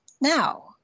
Now